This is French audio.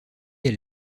elle